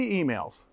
emails